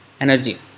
energy